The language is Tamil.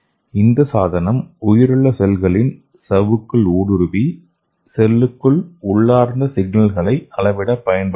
இந்த சாதனம் உயிருள்ள செல்களின் சவ்வுக்குள் ஊடுருவி செல்லுக்குள் உள்ளார்ந்த சிக்னல்களை அளவிட பயன்படுகிறது